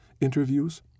interviews